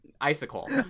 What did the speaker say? Icicle